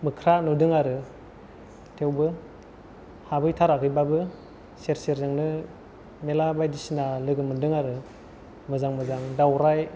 मोख्रा नुदों आरो थेवबो हाबहैथाराखैबाबो सेर सेरजोंनो मेला बायदिसिना लोगो मोनदों आरो मोजां मोजां दावराइ